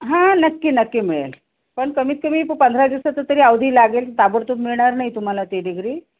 हां नक्की नक्की मिळेल पण कमीत कमी प पंधरा दिवसाचं तरी अवधी लागेल ताबडतोब मिळणार नाही तुम्हाला ते डिग्री